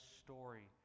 story